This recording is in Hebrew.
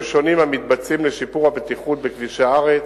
שונים המתבצעים לשיפור הבטיחות בכבישי הארץ,